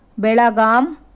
Belgaum